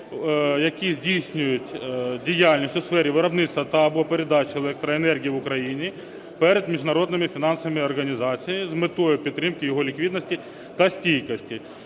які здійснюють діяльність у сфері виробництва та/або передачі електроенергії в Україні перед міжнародними фінансовими організаціями з метою підтримки його ліквідності та стійкості.